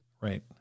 Right